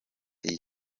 iyi